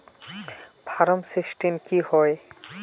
Form sixteen की होय?